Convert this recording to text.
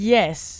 Yes